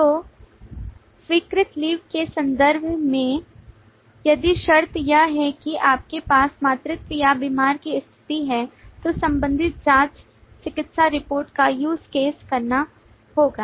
तो स्वीकृत लीव के संदर्भ में यदि शर्त यह है कि आपके पास मातृत्व या बीमारी की स्थिति है तो संबंधित जांच चिकित्सा रिपोर्ट का use case करना होगा